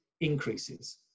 increases